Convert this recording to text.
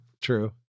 true